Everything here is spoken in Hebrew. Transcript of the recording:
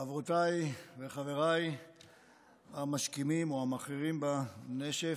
חברותיי וחבריי המשכימים או המאחרים בנשף,